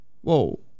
Whoa